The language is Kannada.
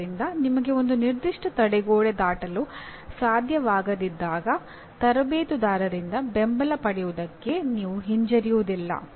ಆದ್ದರಿಂದ ನಿಮಗೆ ಒಂದು ನಿರ್ದಿಷ್ಟ ತಡೆಗೋಡೆ ದಾಟಲು ಸಾಧ್ಯವಾಗದಿದ್ದಾಗ ತರಬೇತುದಾರರಿಂದ ಬೆಂಬಲ ಪಡೆಯುವುದಕ್ಕೆ ನೀವು ಹಿಂಜರಿಯುವುದಿಲ್ಲ